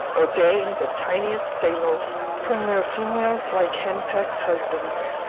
obeying the tiniest signals from their females like henpecked husbands.